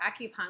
acupuncture